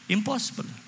Impossible